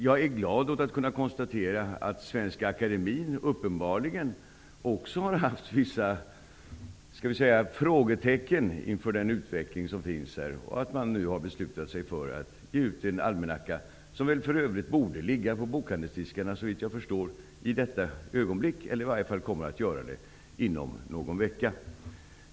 Jag är glad åt att kunna konstatera att Svenska Akademien uppenbarligen också har satt vissa frågetecken inför den och att man nu har beslutat sig för att ge ut en almanacka, som för övrigt såvitt jag förstår borde ligga på bokhandelsdiskarna i detta ögonblick eller i varje fall kommer att göra det inom någon vecka.